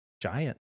giant